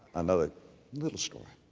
another little story.